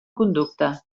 conducta